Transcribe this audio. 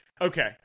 okay